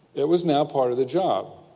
it was now part of the job.